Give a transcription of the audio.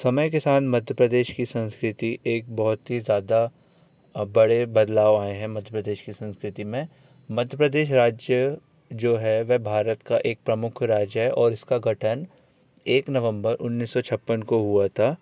समय के साथ मध्य प्रदेश की संस्कृति एक बहुत ही ज़्यादा बड़े बदलाव आए हैं मध्य प्रदेश की संस्कृति में मध्य प्रदेश राज्य जो है वह भारत का एक प्रमुख राज्य है और इसका गठन एक नवम्बर उन्नीस सौ छप्पन को हुआ था